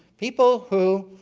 people who